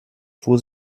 fuhr